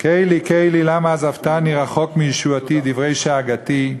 "אלי אלי למה עזבתני רחוק מישועתי דברי שאגתי",